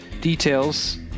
details